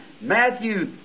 Matthew